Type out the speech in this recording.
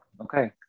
Okay